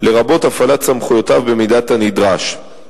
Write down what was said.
לרבות הפעלת סמכויותיו במידת הנדרש.